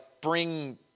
bring